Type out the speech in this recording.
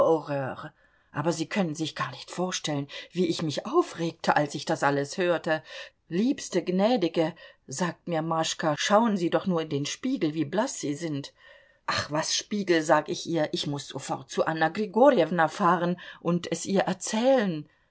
aber sie können sich gar nicht vorstellen wie ich mich aufregte als ich das alles hörte liebste gnädige sagt mir maschka schauen sie doch nur in den spiegel wie blaß sie sind ach was spiegel sag ich ihr ich muß sofort zu anna grigorjewna fahren und es ihr erzählen